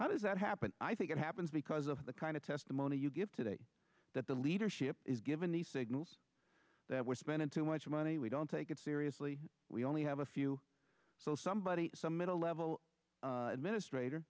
how does that happen i think it happens because of the kind of testimony you give today that the leadership is given these signals that we're spending too much money we don't take it seriously we only have a few so somebody some middle level ministr